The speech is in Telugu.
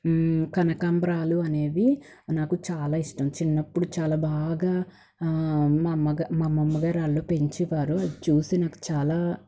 కనకంబరాలు అనేవి నాకు చాలా ఇష్టం చిన్నప్పుడు చాలా బాగా మా అమ్మ మా అమ్మగారు వాళ్ళు పెంచేవారు అది చూసి నాకు చాలా